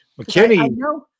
McKinney